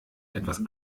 etwas